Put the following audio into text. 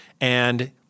and-